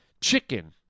chicken